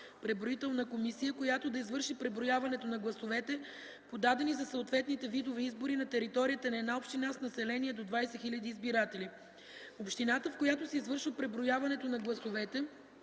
преброителна комисия, която да извърши преброяването на гласовете, подадени за съответните видове избори на територията на една община с население до 20 хил. избиратели. Общината, в която се извършва преброяването на гласовете